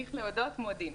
כשצריך להודות, מודים.